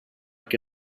que